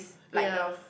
ya